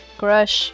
crush